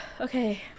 okay